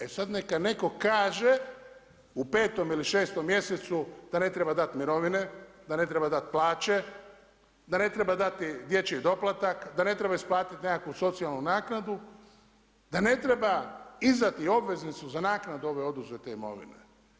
E sad neka netko kaže u petom ili šestom mjesecu a ne treba dat mirovine, da ne treba dat plaće, da ne treba dati dječji doplatak, da ne treba isplatiti nekakvu socijalnu naknadu, da ne treba izdati obveznicu za naknadu ove oduzete imovine.